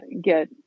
get